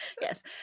Yes